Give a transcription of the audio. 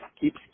Keeps